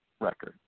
record